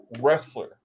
wrestler